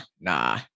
nah